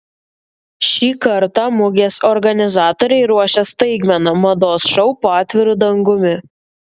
šį kartą mugės organizatoriai ruošia staigmeną mados šou po atviru dangumi